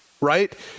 right –